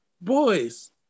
Boys